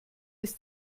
ist